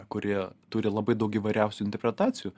kurį turi labai daug įvairiausių interpretacijų